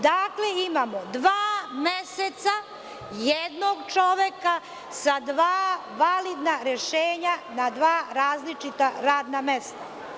Dakle, imamo dva meseca, jednog čoveka sa dva validna rešenja na dva različita radna mesta.